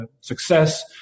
success